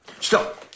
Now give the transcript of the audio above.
Stop